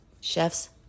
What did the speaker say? Chef's